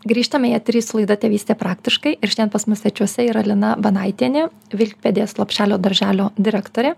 grįžtame į eterį su laida tėvystė praktiškai ir šiandien pas mus svečiuose yra lina banaitienė vilkpėdės lopšelio darželio direktorė